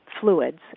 fluids